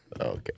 Okay